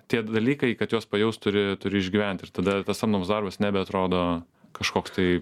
tie dalykai kad juos pajaust turi turi išgyvent ir tada tas samdomas darbas nebeatrodo kažkoks tai